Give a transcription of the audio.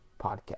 podcast